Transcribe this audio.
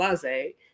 blase